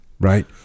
right